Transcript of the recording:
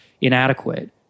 inadequate